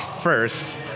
first